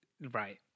right